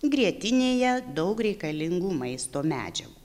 grietinėje daug reikalingų maisto medžiagų